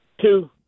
Two